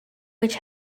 which